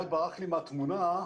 איל ברח לי מהתמונה.